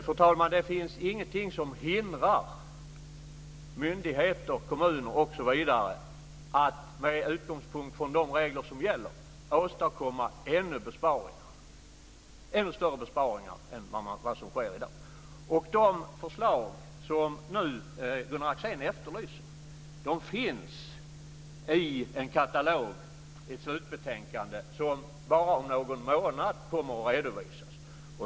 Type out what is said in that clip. Fru talman! Det finns ingenting som hindrar myndigheter, kommuner osv. att med utgångspunkt i de regler som gäller åstadkomma ännu större besparingar än i dag. De förslag som Gunnar Axén efterlyser finns i det slutbetänkande som kommer att redovisas om bara någon månad.